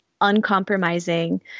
uncompromising